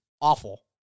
awful